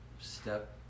step